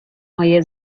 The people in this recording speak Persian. های